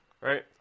right